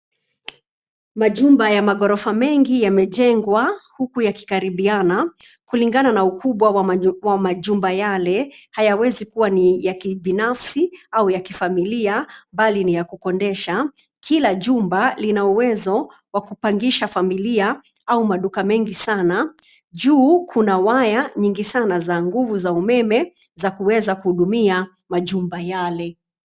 Majumba ya magorofa mengi yamejengwa huku yakikaribiana. Kulingana na ukubwa wa majumba yale, hayawezi kuwa ni ya kibinafsi au ya kifamilia bali ni ya kukondesha. Kila jumba lina uwezo wa kupangisha familia au maduka mengi sana. Juu kuna waya nyingi sana za nguvu za umeme za kuweza kuhudumia majumba yale.